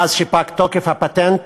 מאז שפג תוקף הפטנט